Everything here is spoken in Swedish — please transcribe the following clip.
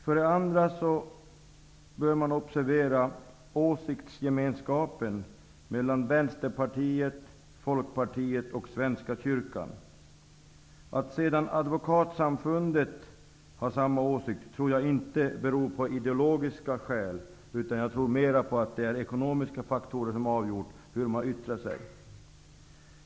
För det andra bör man observera åsiktsgemenskapen mellan Vänsterpartiet, Advokatsamfundet har samma åsikter tror jag inte är av ideologiska skäl. Jag tror mer att det är ekonomiska faktorer som har avgjort hur de har yttrat sig.